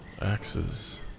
axes